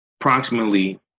approximately